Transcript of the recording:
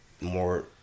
more